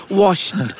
washed